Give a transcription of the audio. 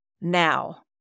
Now